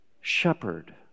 shepherd